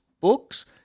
books